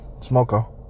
Smoko